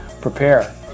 prepare